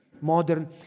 modern